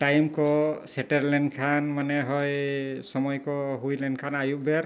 time ᱠᱚ ᱥᱮᱴᱮᱨ ᱞᱮᱱᱠᱷᱟᱱ ᱢᱚᱱᱮ ᱦᱳᱭ ᱥᱚᱢᱚᱭ ᱠᱚ ᱦᱩᱭ ᱞᱮᱱᱠᱷᱟᱱ ᱟᱹᱭᱩᱵ ᱵᱮᱨ